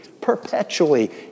perpetually